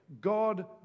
God